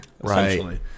right